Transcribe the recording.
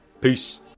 Peace